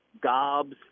gobs